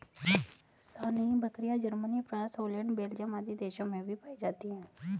सानेंइ बकरियाँ, Germany, France, Holland, Belgium आदि देशों में भी पायी जाती है